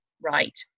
right